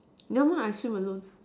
never mind I swim alone